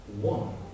one